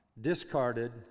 discarded